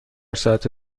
ساعت